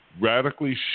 radically